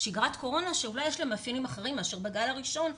שגרת קורונה שאולי יש לה מאפיינים אחרים מאשר בגל הראשון,